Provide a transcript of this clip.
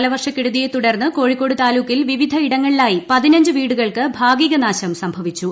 കാലവർഷക്കെടുതിയെത്തുടർന്ന് കോഴിക്കോട് താലൂക്കിൽ വിവിധ ഇടങ്ങളിലായി പതിനഞ്ച് വീടുകൾക്ക് ഭാഗിക നാശം സംഭവിച്ചു